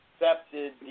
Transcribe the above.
accepted